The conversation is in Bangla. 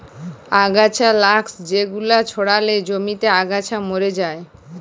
আগাছা লাশক জেগুলান ছড়ালে জমিতে আগাছা ম্যরে যায়